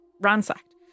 ransacked